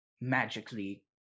magically